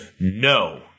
no